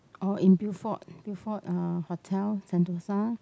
or in Beaufort Beaufort uh hotel Sentosa